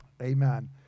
Amen